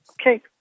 Okay